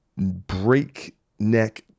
breakneck